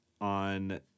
on